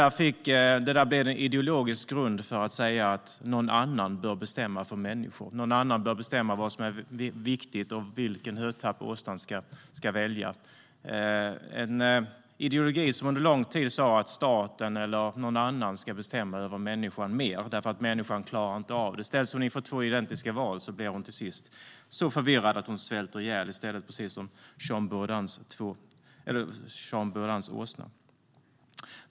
Detta blev en ideologisk grund för att säga att någon annan bör bestämma för människor. Någon annan bör bestämma vad som är viktigt och vilken hötapp åsnan ska välja. Det är en ideologi som under lång tid sa att staten eller någon annan ska bestämma över människan, för människan klarar inte av det - ställs hon inför två identiska val blir hon till sist så förvirrad att hon svälter ihjäl, precis som Jean Buridans åsna.